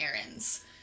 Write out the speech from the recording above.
errands